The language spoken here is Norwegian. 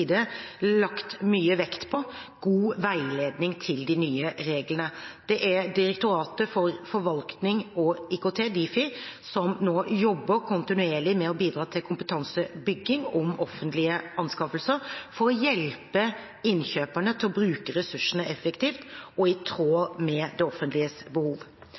lagt mye vekt på god veiledning til de nye reglene. Det er Direktoratet for forvaltning og IKT, Difi, som nå jobber kontinuerlig med å bidra til kompetansebygging om offentlige anskaffelser, for å hjelpe innkjøperne til å bruke ressursene effektivt og i tråd med det offentliges behov.